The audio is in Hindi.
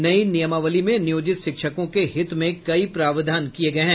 नई नियमावली में नियोजित शिक्षकों के हित में कई प्रावधान किये गये हैं